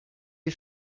est